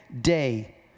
day